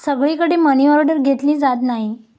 सगळीकडे मनीऑर्डर घेतली जात नाही